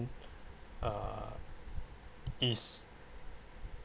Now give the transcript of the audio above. uh is